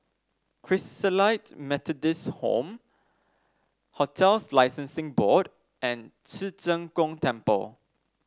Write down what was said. Christalite Methodist Home Hotels Licensing Board and Ci Zheng Gong Temple